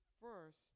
first